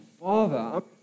father